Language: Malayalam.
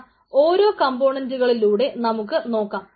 ദാ ഓരോ കംപൊണെൻറ്റുകളിലൂടെ നമുക്ക് നോക്കാം